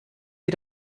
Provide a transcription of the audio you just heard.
sie